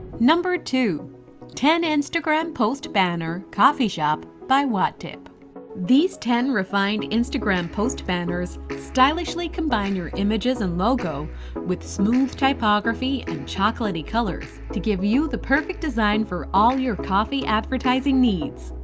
number two ten instagram post banner coffee shop by wutip these ten refined instagram post banners stylishly combine your images and logo with smooth typography and chocolatey colours to give you the perfect design for all of your coffee advertising needs!